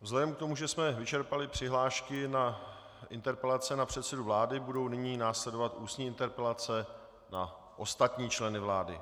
Vzhledem k tomu, že jsme vyčerpali přihlášky na interpelace na předsedu vlády, budou nyní následovat ústní interpelace na ostatní členy vlády.